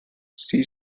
see